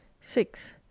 six